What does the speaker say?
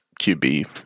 QB